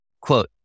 Quote